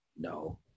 No